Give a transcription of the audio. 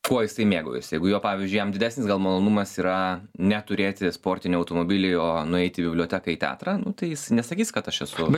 kuo jisai mėgaujasi jeigu jo pavyzdžiui jam didesnis gal malonumas yra ne turėti sportinį automobilį o nueit į biblioteką į teatrą nu tai jis nesakys kad aš esu